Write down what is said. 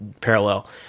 parallel